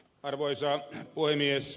arvoisa puhemies